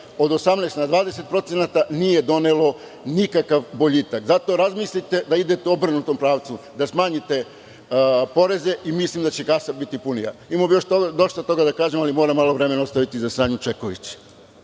od 18% na 20% nije donelo nikakav boljitak. Zato razmislite da idete u obrnutom pravcu, da smanjite poreze i mislim da će kasa biti punija. Imamo bih još dosta toga da kažem, ali moram malo vremena ostaviti za Sanju Čeković.